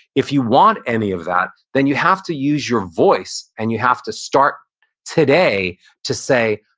if you want any of that, then you have to use your voice and you have to start today to say,